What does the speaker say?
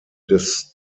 des